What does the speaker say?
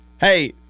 hey